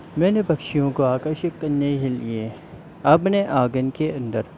मैंने पक्षियों को आकर्षित करने के लिए अपने आँगन के अंदर